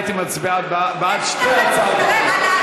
הייתי מצביע בעד שתי הצעות החוק.